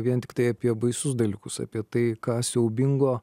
vien tiktai apie baisius dalykus apie tai ką siaubingo